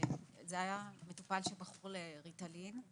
היה מטופל שבחרו לריטלין.